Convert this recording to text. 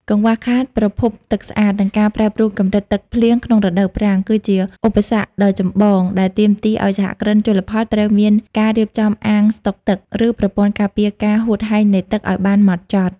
កង្វះខាតប្រភពទឹកស្អាត និងការប្រែប្រួលកម្រិតទឹកភ្លៀងក្នុងរដូវប្រាំង គឺជាឧបសគ្គដ៏ចម្បងដែលទាមទារឱ្យសហគ្រិនជលផលត្រូវមានការរៀបចំអាងស្ដុកទឹក ឬប្រព័ន្ធការពារការហួតហែងនៃទឹកឱ្យបានហ្មត់ចត់។